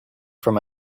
from